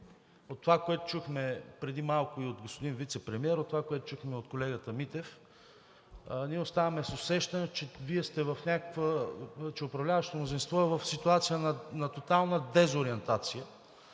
от това, което чухме преди малко и от господин вицепремиера, от това, което чухме от колегата Митев. Ние оставаме с усещането, че управляващото мнозинство е в ситуация на тотална дезориентация